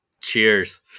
cheers